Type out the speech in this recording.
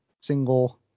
single